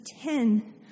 ten